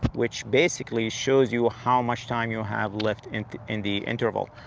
which basically shows you how much time you have left and in the interval.